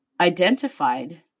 identified